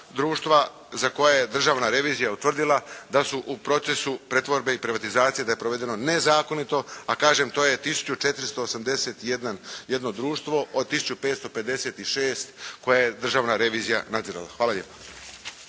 za koje je Državna revizija utvrdila da su u procesu pretvorbe i privatizacije da je provedeno nezakonito, a kažem to je tisuću 481 društvo od tisuću 556 koje je državna revizija nadzirala. Hvala lijepa.